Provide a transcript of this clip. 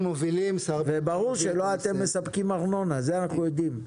וברור שלא אתם מספקים ארנונה, זה אנחנו יודעים.